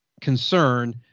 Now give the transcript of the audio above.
concern